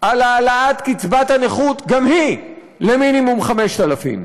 על העלאת קצבת הנכות גם היא למינימום 5,000 שקל,